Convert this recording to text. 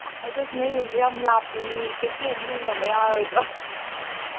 ꯑꯁ ꯑꯗꯨ ꯅꯣꯏ ꯌꯨꯝꯗꯨ ꯌꯥꯝ ꯂꯥꯞꯄꯦꯃꯤ ꯀꯦꯐꯦ ꯑꯃꯗ ꯎꯟꯅꯕ ꯌꯥꯔꯣꯏꯗ꯭ꯔꯣ